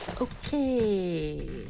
Okay